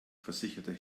versicherte